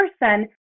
person